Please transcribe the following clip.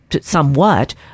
somewhat